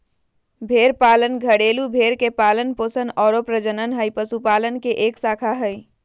भेड़ पालन घरेलू भेड़ के पालन पोषण आरो प्रजनन हई, पशुपालन के एक शाखा हई